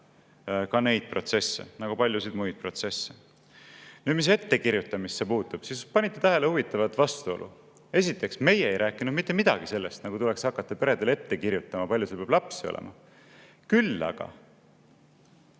ka neid protsesse nagu paljusid muid protsesse. Nüüd, mis ettekirjutamisse puutub, siis kas panite tähele huvitavat vastuolu? Esiteks, meie ei rääkinud mitte midagi sellest, nagu tuleks hakata peredele ette kirjutama, kui palju neil peab lapsi olema. Küll aga